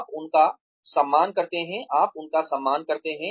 आप उनका सम्मान करते हैं आप उनका सम्मान करते हैं